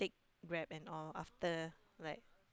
grab and all after like